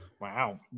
Wow